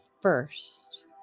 first